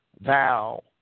Thou